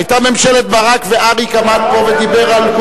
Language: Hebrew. היתה ממשלת ברק, ואריק עמד פה ודיבר על,